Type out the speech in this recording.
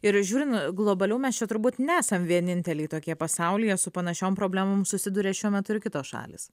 ir žiūrin globaliau mes čia turbūt nesam vieninteliai tokie pasaulyje su panašiom problemom susiduria šiuo metu ir kitos šalys